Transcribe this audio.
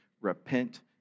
Repent